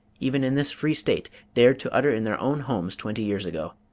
even in this free state, dared to utter in their own homes twenty years ago.